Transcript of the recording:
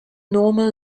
normal